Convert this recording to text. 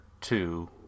two